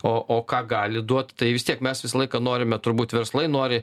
o o ką gali duot tai vis tiek mes visą laiką norime turbūt verslai nori